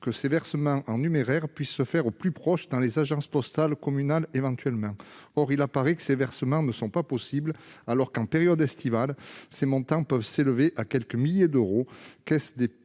que ces versements en numéraire puissent être faits au plus proche, éventuellement dans les agences postales communales. Or il apparaît que ces versements ne sont pas possibles, alors que, en période estivale, leurs montants peuvent s'élever à quelques milliers d'euros,